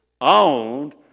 owned